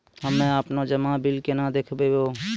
हम्मे आपनौ जमा बिल केना देखबैओ?